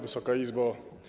Wysoka Izbo!